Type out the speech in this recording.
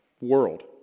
world